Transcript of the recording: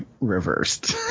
reversed